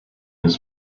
his